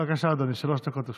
בבקשה, אדוני, שלוש דקות לרשותך.